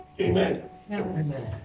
Amen